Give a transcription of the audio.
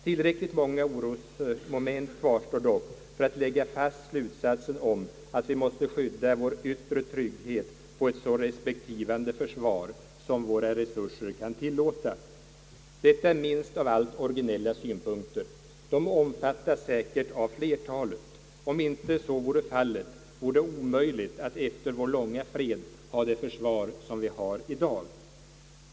Tillräckligt många orosmoment kvarstår dock för att lägga fast slutsatsen om att vi måste grunda vår yttre trygghet på ett så respektingivande försvar som våra resurser kan tillåta. Detta är minst av allt originella synpunkter. De omfattas säkert av flertalet. Om inte så vore fallet, vore det omöjligt att efter vår långa fred ha det försvar som vi har i dag.